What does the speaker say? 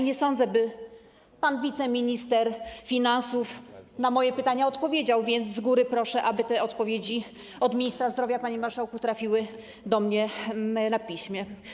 Nie sądzę, by pan wiceminister finansów na moje pytania odpowiedział, więc z góry proszę, aby te odpowiedzi od ministra zdrowia, panie marszałku, trafiły do mnie na piśmie.